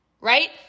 right